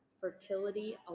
Fertility